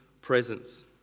presence